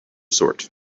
sort